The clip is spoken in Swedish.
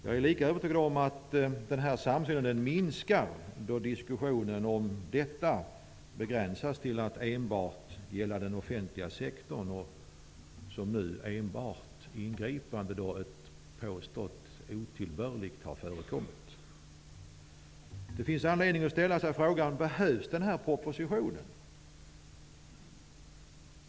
Jag är lika övertygad om att denna samsyn minskar då diskussionen om detta begränsas till att enbart gälla den offentliga sektorn och nu enbart ingripande då något påstått otillbörligt har förekommit. Det finns anledning att ställa sig frågan: Behövs den här propositionen?